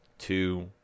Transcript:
Two